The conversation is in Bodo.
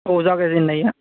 औ जागायजेननाया